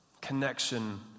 connection